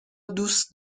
دوست